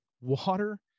Water